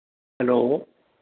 hello